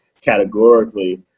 categorically